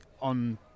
on